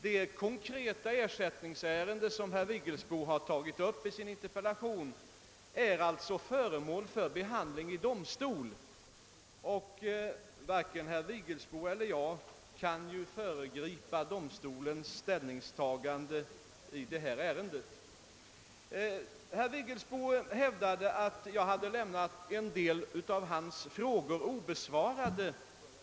Det konkreta ersättningsärende som herr Vigelsbo tagit upp i sin interpellation är alltså föremål för behandling i domstol, och varken herr Vigelsbo eller jag kan föregripa domstolens ställningstagande. Herr Vigelsbo hävdade att jag hade lämnat en del av hans frågor obesvarade.